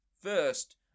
First